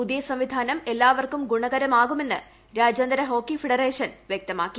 പുതിയ സംവിധാനം എല്ലാവർക്കും ഗുണകരമാകുമെന്ന് രാജ്യാന്തര ഹോക്കി ഫെഡറേഷൻ പറഞ്ഞു